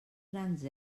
grans